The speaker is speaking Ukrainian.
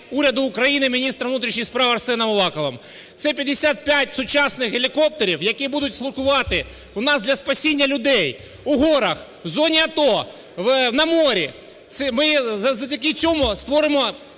Уряду України міністром внутрішніх справ Арсеном Аваковим. Це 55 сучасних гелікоптерів, які будуть слугувати у нас для спасіння людей у горах, у зоні АТО, на морі. Ми завдяки цьому створимо